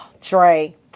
Trey